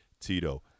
Tito